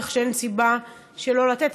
כך שאין סיבה שלא לתת.